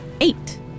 eight